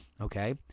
okay